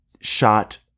shot